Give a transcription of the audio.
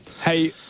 Hey